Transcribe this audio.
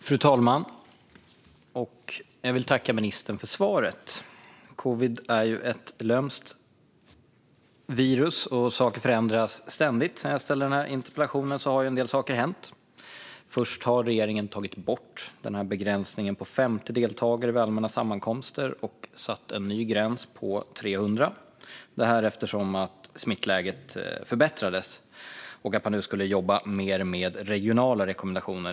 Fru talman! Jag vill tacka ministern för svaret. Covid-19 är ett lömskt virus, och saker förändras ständigt. Sedan jag ställde den här interpellationen har en del saker hänt. Regeringen har tagit bort begränsningen på 50 deltagare vid allmänna sammankomster och satt en ny gräns på 300, eftersom smittläget förbättrades. Nu ska man också jobba mer med regionala rekommendationer.